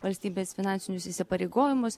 valstybės finansinius įsipareigojimus